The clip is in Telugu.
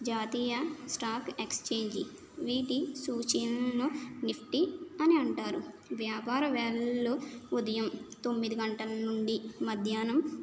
జాతీయ స్టాక్ ఎక్స్చేంజీ వీటి సూచీనిలను నిఫ్టీ అని అంటారు వ్యాపార వేళలు ఉదయం తొమ్మిది గంటల నుండి మధ్యాహ్నం